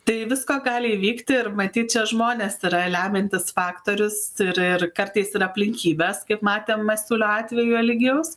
tai visko gali įvykti ir matyt šie žmonės yra lemiantis faktorius ir ir kartais ir aplinkybes kaip matėm masiulio atveju eligijaus